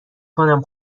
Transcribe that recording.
کنم